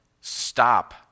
stop